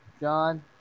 John